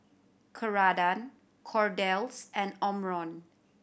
Ceradan Kordel's and Omron